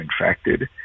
infected